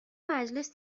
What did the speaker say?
مجلس